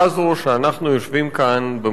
כשאנחנו יושבים כאן במליאה,